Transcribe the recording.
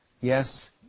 Yes